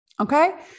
Okay